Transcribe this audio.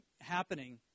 happening